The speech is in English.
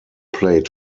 played